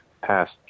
passed